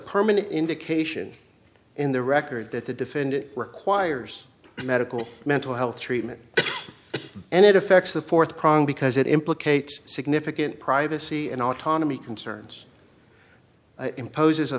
permanent indication in the record that the defendant requires medical mental health treatment and it affects the fourth prong because it implicates significant privacy and autonomy concerns imposes